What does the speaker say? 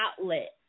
outlet